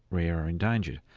rare or endangered.